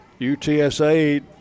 UTSA